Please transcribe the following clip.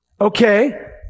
okay